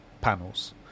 panels